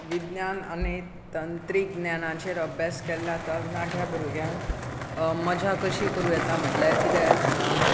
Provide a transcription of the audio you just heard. विज्ञान आनी तंत्रीक ज्ञानाचेर अभ्यास केल्या तरणाट्या भुरग्यांक मजा कशी करूं येता म्हटल्यार कितें सांगात